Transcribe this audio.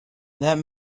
that